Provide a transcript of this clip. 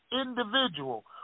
individual